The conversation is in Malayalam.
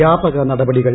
വ്യാപക നടപടികൾ